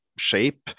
Shape